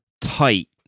tight